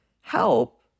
help